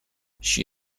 she